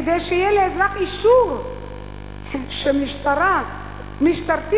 כדי שיהיה לאזרח אישור משטרתי